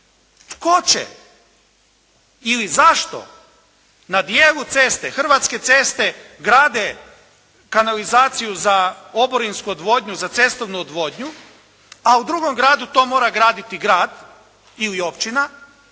Tko će ili zašto na dijelu ceste, Hrvatske ceste grade kanalizaciju za oborinsku odvodnju, za cestovnu odvodnju, a u drugom gradu to mora graditi grad ili općina